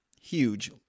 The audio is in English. huge